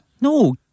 No